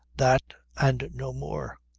that and no more.